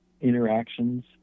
interactions